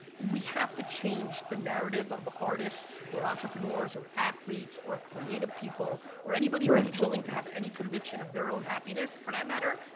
we have to change the narrative of artists or entrepreneurs or athletes, or creative people, or anybody who's um willing to have any conviction of their own happiness for that matter.